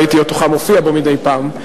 ראיתי אותך מופיע בו מדי פעם.